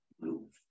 move